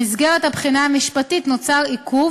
במסגרת הבחינה המשפטית נוצר עיכוב,